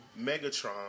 Megatron